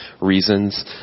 reasons